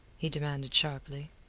he demanded sharply.